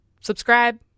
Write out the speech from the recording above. subscribe